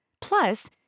Plus